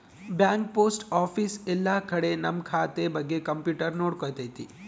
bank post office ಎಲ್ಲ ಕಡೆ ನಮ್ ಖಾತೆ ಬಗ್ಗೆ ಕಂಪ್ಯೂಟರ್ ನೋಡ್ಕೊತೈತಿ